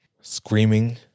screaming